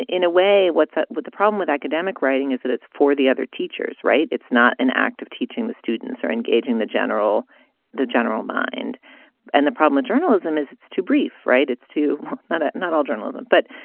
in a way, what's ah with the problem with academic writing is that it's for the other teachers, right? it's not an act of teaching the students or engaging the general the general mind and the problem of journalism is it's too brief, right? it's too late. ah not all journalism, but,